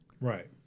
Right